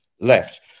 left